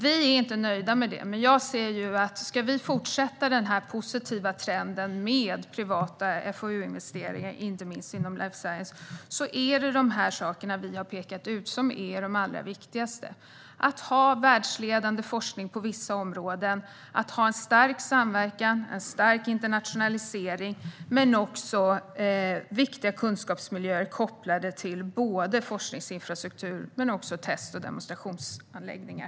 Vi är inte nöjda med detta, men om den positiva trenden med privata FoU-investeringar ska fortsätta, inte minst inom life science, är det de saker som vi har pekat ut som är de allra viktigaste. Det gäller att ha världsledande forskning på vissa områden, att ha en stark samverkan och en stark internationalisering samt viktiga kunskapsmiljöer kopplade till forskningsinfrastruktur och till test och demonstrationsanläggningar.